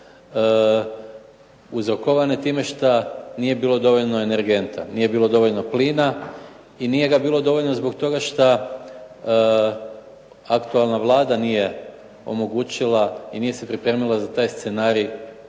uzrokovane time što nije bilo dovoljno energenta, nije bilo dovoljno plina i nije ga bilo dovoljno zbog toga što aktualna Vlada nije omogućila i nije se pripremila za taj scenarij